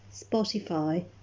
Spotify